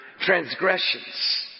transgressions